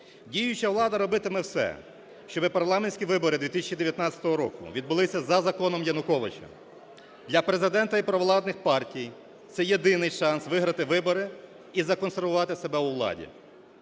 Діюча влада робитиме все, щоби парламентські вибори 2019 року відбулися за законом Януковича. Для Президента і провладних партій це єдиний шанс виграти вибори і законсервувати себе у владі.